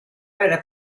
vera